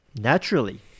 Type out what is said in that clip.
Naturally